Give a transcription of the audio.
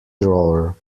drawer